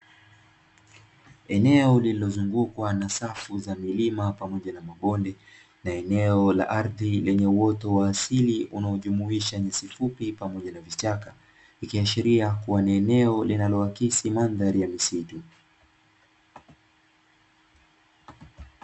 Eneo ulilozungukwa na safu za milima pamoja na mabonde na eneo la ardhi lenye uoto wa asili ,unaojumuisha nyasifupi pamoja na vichaka ikiashiria kuwa ni eneo linalo akisi mandhari ya misitu.